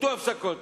אותן הפסקות.